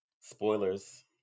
Spoilers